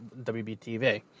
WBTV